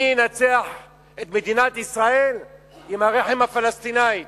אני אנצח את מדינת ישראל עם הרחם הפלסטינית.